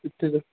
ਇੱਥੇ ਬਸ